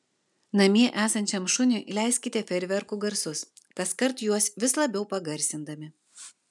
namie esančiam šuniui leiskite fejerverkų garsus kaskart juos vis labiau pagarsindami